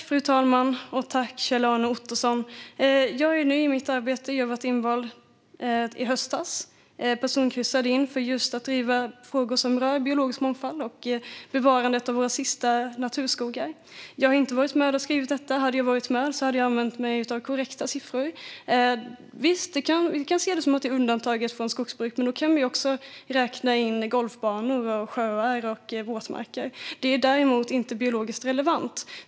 Fru talman! Jag är ny i mitt arbete. Jag valdes in i höstas och personkryssades in för att driva just frågor som rör biologisk mångfald och bevarandet av våra sista naturskogar. Jag var inte med och skrev detta. Hade jag varit det hade jag använt mig av korrekta siffror. Visst kan man se att det är undantaget från skogsbruk, men då kan vi också räkna in golfbanor, sjöar och våtmarker. Det är däremot inte biologiskt relevant.